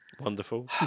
Wonderful